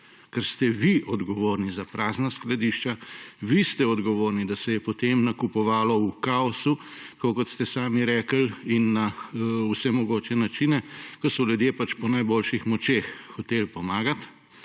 ker ste vi odgovorni za prazna skladišča, vi ste odgovorni, da se je potem nakupovalo v kaosu, tako kot ste sami rekli, in na vse mogoče načine, ko so ljudje pač po najboljših močeh hoteli pomagati.